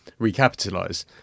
recapitalise